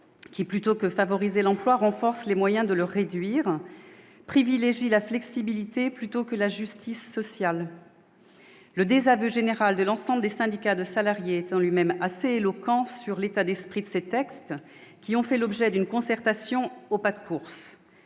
qui, plutôt que de favoriser l'emploi, renforce les moyens de le réduire, privilégie la flexibilité plutôt que la justice sociale. Le rejet exprimé par l'ensemble des syndicats de salariés est, en lui-même, assez éloquent quant à l'esprit de ces textes qui ont fait l'objet d'une concertation menée au pas de course